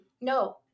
No